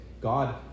god